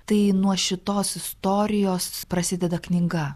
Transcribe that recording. tai nuo šitos istorijos prasideda knyga